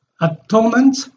atonement